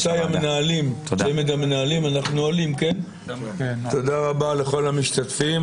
רבותי צמד המנהלים, תודה רבה לכל המשתתפים.